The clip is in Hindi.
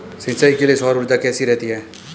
सिंचाई के लिए सौर ऊर्जा कैसी रहती है?